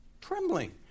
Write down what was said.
Trembling